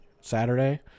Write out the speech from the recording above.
Saturday